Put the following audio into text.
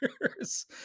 years